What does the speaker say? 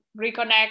reconnect